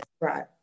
right